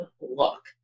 look